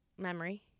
memory